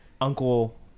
uncle